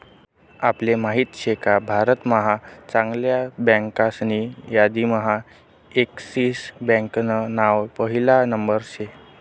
आपले माहित शेका भारत महा चांगल्या बँकासनी यादीम्हा एक्सिस बँकान नाव पहिला नंबरवर शे